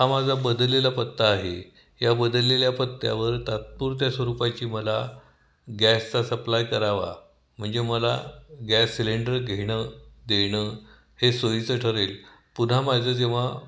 हा माझा बदललेला पत्ता आहे या बदललेल्या पत्त्यावर तात्पुरत्या स्वरूपाची मला गॅसचा सप्लाय करावा म्हणजे मला गॅस सिलेंडर घेणं देणं हे सोयीचं ठरेल पुन्हा माझं जेव्हा